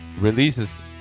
releases